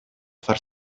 far